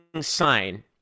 sign